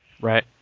Right